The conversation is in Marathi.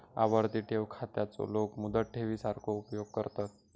आवर्ती ठेव खात्याचो लोक मुदत ठेवी सारखो उपयोग करतत